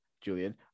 Julian